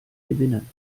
gewinnen